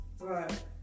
Right